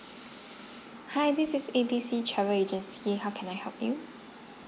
hi this is A B C travel agency how can I help you